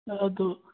ꯑꯗꯨ